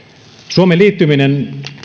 suomen liittyminen